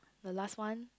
the last one